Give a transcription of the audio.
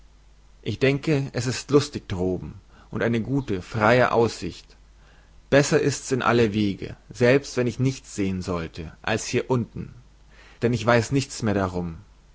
ich denke es ist lustig droben und eine gute freie aussicht besser ist's in alle wege selbst wenn ich nichts sehen sollte als hier unten denn ich weiß nichts mehr darum